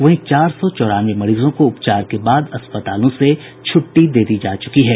वहीं चार सौ चौरानवे मरीजों को उपचार के बाद अस्पतालों से छूट्टी दी जा चुकी है